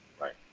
Right